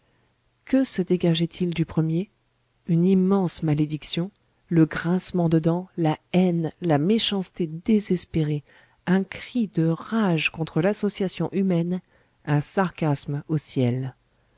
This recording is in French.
que se dégageait il du premier une immense malédiction le grincement de dents la haine la méchanceté désespérée un cri de rage contre l'association humaine un sarcasme au ciel